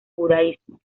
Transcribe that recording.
judaísmo